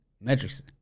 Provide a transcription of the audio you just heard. metrics